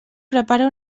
prepara